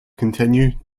continue